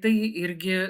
tai irgi